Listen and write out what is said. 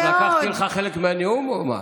אבי מעוז, לקחתי לך חלק מהנאום, או מה?